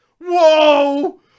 Whoa